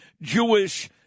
Jewish